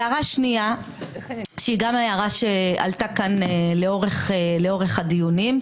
הערה שנייה שהיא גם הערה שעלתה כאן לאורך הדיונים,